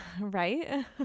Right